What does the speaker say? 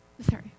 Sorry